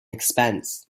expense